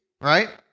right